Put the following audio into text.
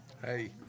Hey